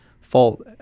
fault